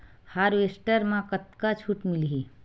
Harvester म कतका छूट मिलही?